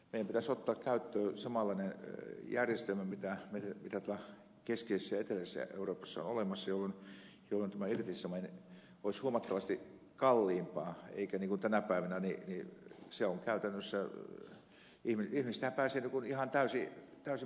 meidän pitäisi ottaa käyttöön samanlainen järjestelmä kuin tuolla keskisessä ja eteläisessä euroopassa on olemassa jolloin tämä irtisanominen olisi huomattavasti kalliimpaa eikä niin kuin tänä päivänä kun käytännössä ihmisistähän pääsee ihan täysin maksutta eroon